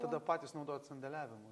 tada patys naudojot sandėliavimui